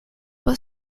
but